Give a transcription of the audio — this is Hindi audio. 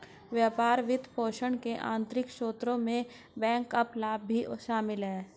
व्यापार वित्तपोषण के आंतरिक स्रोतों में बैकअप लाभ भी शामिल हैं